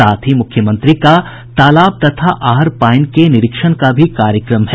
साथ ही मुख्यमंत्री का तालाब तथा आहर पाईन के निरीक्षण का भी कार्यक्रम है